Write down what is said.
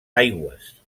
aigües